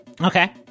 Okay